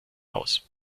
aus